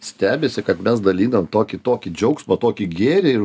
stebisi kad mes dalinam tokį tokį džiaugsmą tokį gėrį ir